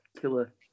killer